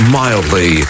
mildly